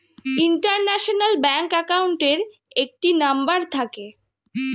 international bank অ্যাকাউন্টের একটি number থাকে